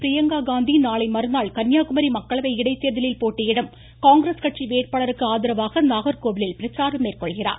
பிரியங்கா காந்தி நாளை மறுநாள் கன்னியாகுமரி மக்களவை இடைத்தேர்தலில் போட்டியிடும் காங்கிரஸ் கட்சி வேட்பாளருக்கு ஆதரவாக நாகர்கோவிலில் பிரச்சாரம் மேற்கொள்கிறார்